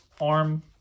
arm